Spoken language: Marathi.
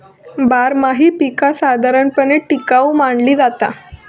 बारमाही पीका साधारणपणे टिकाऊ मानली जाता